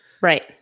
Right